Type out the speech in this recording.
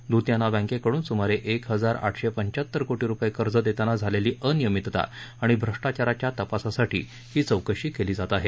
धूत यांना बँकेकडून सुमारे एक हजार आठशे पंच्याहत्तर कोटी रुपये कर्ज देताना झालेली अनियमितता आणि भ्रष्टाचाराच्या तपासासाठी ही चौकशी केली जात आहे